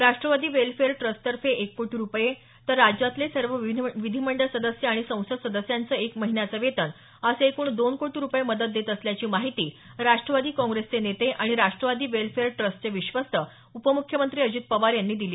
Rashtrawadi welfare ट्रस्टतर्फे एक कोटी रुपये तर राज्यातले सर्व विधिमंडळ सदस्य आणि संसद सदस्यांचं एक महिन्याचं वेतन असे एकूण दोन कोटी रुपये मदत देत असल्याची माहिती राष्ट्रवादी काँग्रेसचे नेते आणि राष्ट्रवादी वेल्फेअर ट्रस्टचे विश्वस्त उपमुख्यमंत्री अजित पवार यांनी दिली